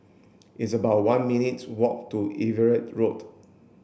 it's about one minutes' walk to Everitt Road